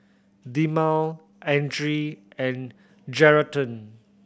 Dilmah Andre and Geraldton